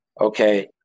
okay